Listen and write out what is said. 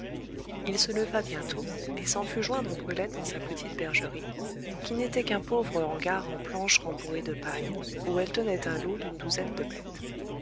il se leva bientôt et s'en fut joindre brulette en sa petite bergerie qui n'était qu'un pauvre hangar en planches rembourrées de paille où elle tenait un lot d'une douzaine de bêtes